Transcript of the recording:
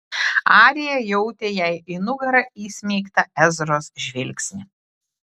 arija jautė jai į nugarą įsmeigtą ezros žvilgsnį